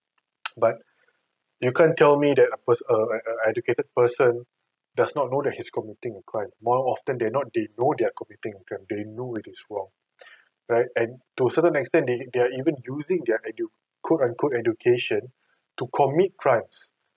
but you can't tell me that a pers~ a a a educated person does not know that he's committing a crime more often they not they know they're committing a crime they know it is wrong right and to a certain extent they they're even using their edu~ quote unquote education to commit crimes